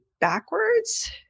backwards